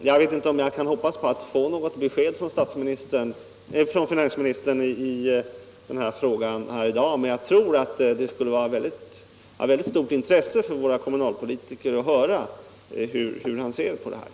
| Jag vet inte om jag kan hoppas på att få något besked från finansministern i denna fråga här i dag, men jag tror att det skulle vara av väldigt stort intresse för våra kommunalpolitiker att höra hur finansministern ser på saken.